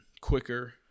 quicker